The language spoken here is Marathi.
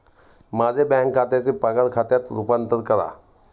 माझे बँक खात्याचे पगार खात्यात रूपांतर करा